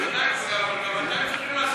גם אתם צריכים לעשות,